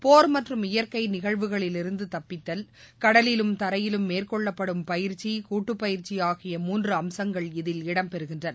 போர் மற்றும் இயற்கைநிகழ்வுகளிலிருந்துதப்பித்தல் கடலிலும் தரையிலும் மேற்கொள்ளப்படும் பயிற்சி கூட்டுப்பயிற்சிஆகிய மூன்றுஅம்சங்கள் இதில் இடம்பெறுகின்றன